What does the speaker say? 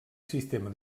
sistema